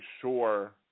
sure